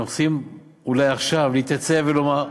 אנחנו צריכים אולי עכשיו להתייצב ולומר,